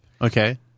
okay